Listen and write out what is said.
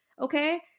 okay